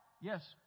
Yes